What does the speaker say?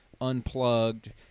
unplugged